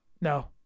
no